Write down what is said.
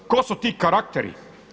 Tko su ti karakteri?